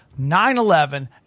9-11